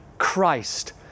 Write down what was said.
Christ